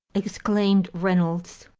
exclaimed reynolds,